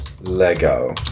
Lego